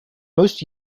most